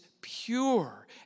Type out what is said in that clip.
pure